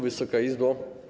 Wysoka Izbo!